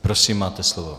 Prosím, máte slovo.